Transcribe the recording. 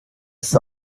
ist